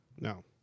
No